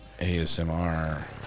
asmr